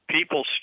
people